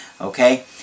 okay